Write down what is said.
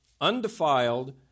undefiled